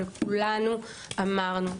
כולנו אמרנו,